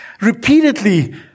repeatedly